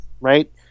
Right